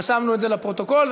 רשמנו את זה בפרוטוקול,